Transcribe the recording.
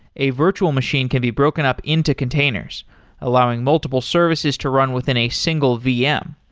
a virtual machine can be broken up into containers allowing multiple services to run within a single vm.